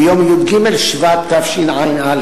ביום י"ג שבט התשע"א,